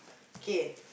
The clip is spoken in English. k